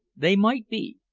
they might be.